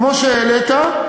כמו שהעלית,